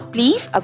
Please